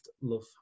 love